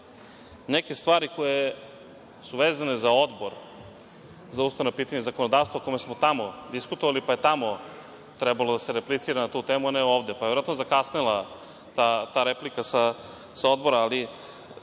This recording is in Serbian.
neke stvari koje su vezane za Odbor za ustavna pitanja i zakonodavstvo o kome smo tamo diskutovali, pa je tamo trebalo da se replicira na tu temu, a ne ovde. Verovatno je zakasnila ta replika sa Odbora, ali